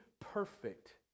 perfect